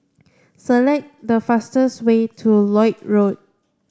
select the fastest way to Lloyd Road